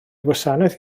gwasanaeth